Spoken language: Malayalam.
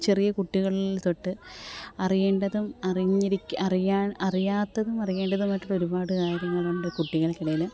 ചെറിയ കുട്ടികള് തൊട്ട് അറിയേണ്ടതും അറിഞ്ഞിരിക്കുന്നതും അറിയാത്തതും അറിയേണ്ടതുമായിട്ടുള്ള ഒരുപാട് കാര്യങ്ങളുണ്ട് കുട്ടികള്ക്കിടയിൽ